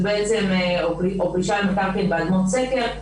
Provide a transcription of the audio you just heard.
או דרישה למקרקעין באדמות סקר,